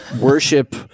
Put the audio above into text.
worship